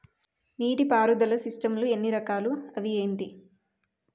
నీటిపారుదల సిస్టమ్ లు ఎన్ని రకాలు? అవి ఏంటి?